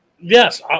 yes